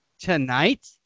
Tonight